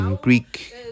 Greek